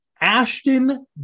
Ashton